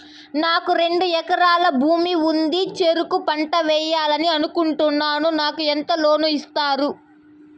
నాకు రెండు ఎకరాల భూమి ఉంది, చెరుకు పంట వేయాలని అనుకుంటున్నా, నాకు ఎంత లోను ఇస్తారు?